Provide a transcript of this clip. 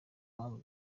mpamvu